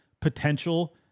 potential—